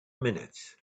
minutes